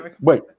wait